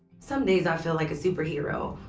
some days i feel like a superhero,